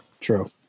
True